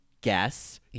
guess